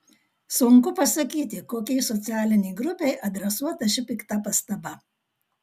sunku pasakyti kokiai socialinei grupei adresuota ši pikta pastaba